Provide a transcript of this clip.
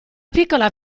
piccola